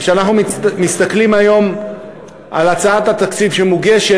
כשאנחנו מסתכלים היום על הצעת התקציב שמוגשת,